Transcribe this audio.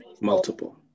multiple